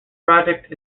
project